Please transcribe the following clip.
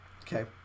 Okay